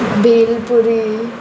bhelpuri